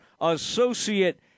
associate